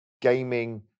gaming